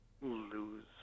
lose